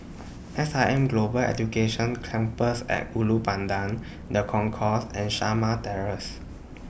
S I M Global Education Campus At Ulu Pandan The Concourse and Shamah Terrace